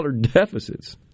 deficits